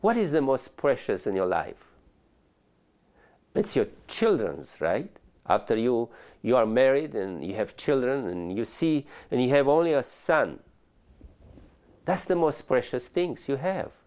what is the most precious in your life it's your children's right after you you are married and you have children and you see and you have only a son that's the most precious things you have